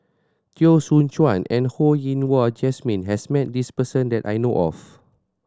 Teo Soon Chuan and Ho Yen Wah Jesmine has met this person that I know of